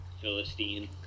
Philistine